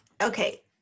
Okay